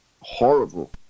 horrible